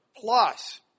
plus